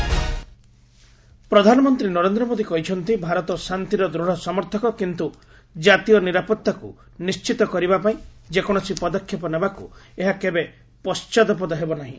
PM NCC rally ପ୍ରଧାନମନ୍ତ୍ରୀ ନରେନ୍ଦ୍ର ମୋଦି କହିଛନ୍ତି ଭାରତ ଶାନ୍ତିର ଦୂଢ଼ ସମର୍ଥକ କିନ୍ତୁ ଜାତୀୟ ନିରାପଭାକୁ ନିଶ୍ଚିତ କରିବା ପାଇଁ ଯେକୌଣସି ପଦକ୍ଷେପ ନେବାକୁ ଏହା କେବେ ପଶ୍ଚାତପଦ ହେବ ନାହିଁ